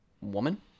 woman